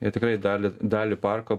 jie tikrai dalį dalį parko